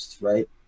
right